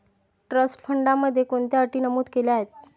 Trust फंडामध्ये कोणत्या अटी नमूद केल्या आहेत?